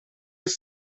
his